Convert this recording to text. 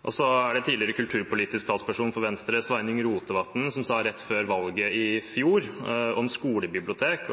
Og tidligere kulturpolitisk talsperson for Venstre, Sveinung Rotevatn, sa rett før valget i fjor om skolebibliotek: